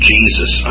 Jesus